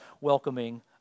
welcoming